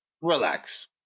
Relax